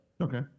Okay